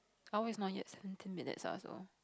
hour is not yet seventeen minutes lah so